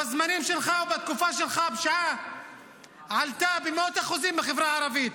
בזמנים שלך ובתקופה שלך הפשיעה עלתה במאות אחוזים בחברה הערבית.